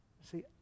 See